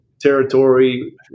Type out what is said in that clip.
territory